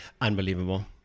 Unbelievable